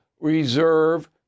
reserve